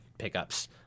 pickups